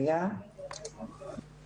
אני אומר כמה דברים